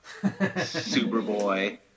Superboy